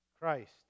Christ